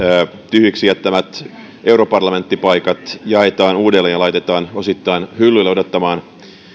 tyhjiksi jättämät europarlamenttipaikat jaetaan uudelleen ja laitetaan osittain hyllylle odottamaan